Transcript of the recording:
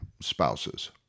spouses